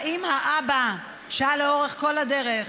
האם האבא, שהיה לאורך כל הדרך,